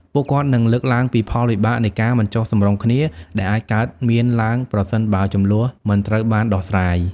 ពួកគាត់នឹងលើកឡើងពីផលវិបាកនៃការមិនចុះសម្រុងគ្នា ដែលអាចកើតមានឡើងប្រសិនបើជម្លោះមិនត្រូវបានដោះស្រាយ។